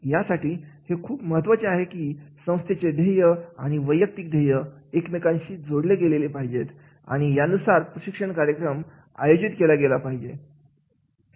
यासाठी हे खूप महत्त्वाचे आहे की संस्थेचे ध्येय आणि वैयक्तिक ध्येय एकमेकांशी जोडले गेलेले पाहिजेत आणि या नुसार प्रशिक्षण कार्यक्रम आयोजित केला गेला पाहिजे